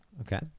Okay